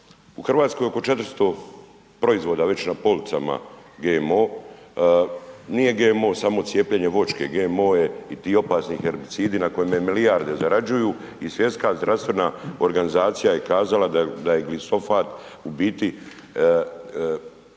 U Hrvatskoj oko 400 proizvoda već na policama GMO. Nije GMO samo cijepljenje voćke, GMO je i ti opasni herbicidi na kojima milijarde zarađuju i Svjetska zdravstvena organizacija je kazala da je glisofat u biti